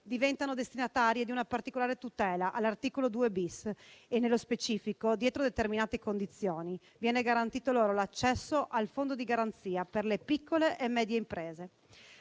diventano destinatari di una particolare tutela all'articolo 2-*bis*; nello specifico, dietro determinate condizioni, viene garantito loro l'accesso al fondo di garanzia per le piccole e medie imprese.